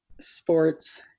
sports